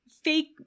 fake